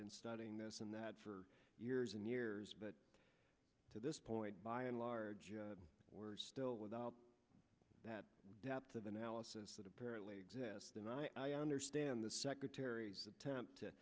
been studying this and that for years and years but to this point by and large we're still without that depth of analysis that apparently exists and i understand the secretary's attempt to